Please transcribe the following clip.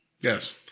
Yes